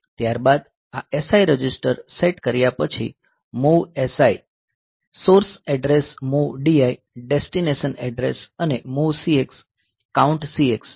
અને ત્યારબાદ આ SI રજિસ્ટર સેટ કર્યા પછી MOV SI source address MOV DI destination address અને MOV CX કાઉન્ટ CX